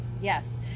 yes